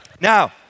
Now